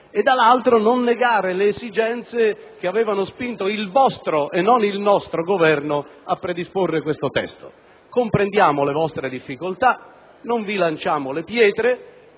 e di non negare le esigenze che avevano spinto il vostro - e non il nostro - Governo a predisporre questo testo. Comprendiamo le vostre difficoltà. Non vi lanciamo contro